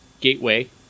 Gateway